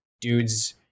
dudes –